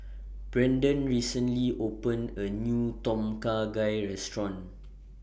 Brandon recently opened A New Tom Kha Gai Restaurant